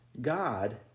God